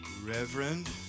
Reverend